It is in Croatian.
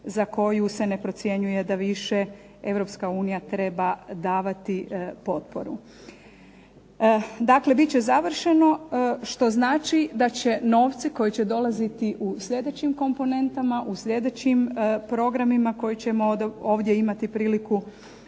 za koju se ne procjenjuje da više Europska unija treba davati potporu. Dakle bit će završeno što znači da će novci koji će dolaziti u sljedećim komponentama, u sljedećim programima koje ćemo ovdje imati priliku